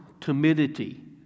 timidity